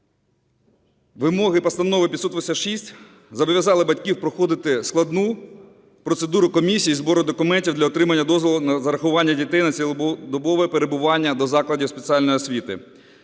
Вимоги Постанови 586 зобов'язали батьків проходити складну процедуру комісії і збору документів для отримання дозволу на зарахування дітей на цілодобове перебування до закладів спеціальної освіти.